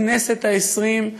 בכנסת ה-20,